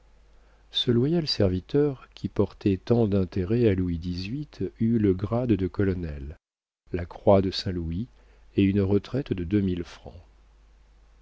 ce loyal serviteur qui portait tant d'intérêt à louis xviii eut le grade de colonel la croix de saint-louis et une retraite de deux mille francs